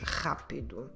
rápido